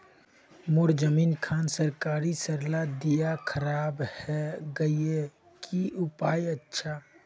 मोर जमीन खान सरकारी सरला दीया खराब है गहिये की उपाय अच्छा?